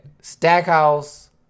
Stackhouse